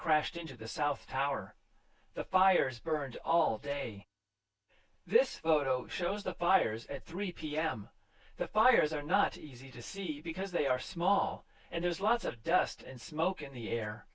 crashed into the south tower the fires burned all day this photo shows the fires at three p m the fires are not easy to see because they are small and there's lots of dust and smoke in the air